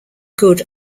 good